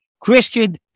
Christian